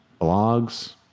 blogs